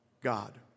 God